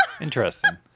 Interesting